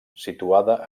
situada